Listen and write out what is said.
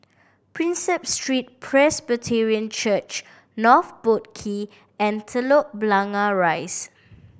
Prinsep Street Presbyterian Church North Boat Quay and Telok Blangah Rise